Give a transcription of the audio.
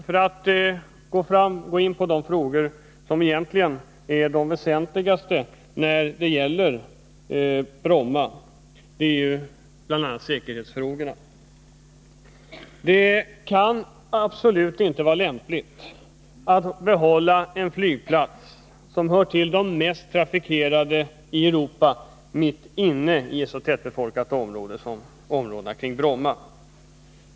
För att gå in på de frågor som egentligen är de väsentligaste när det gäller Bromma, bl.a. säkerhetsfrågorna, vill jag säga att det absolut inte kan vara lämpligt att mitt inne i ett så tättbefolkat område som området kring Bromma behålla en flygplats som hör till de mest trafikerade i Europa.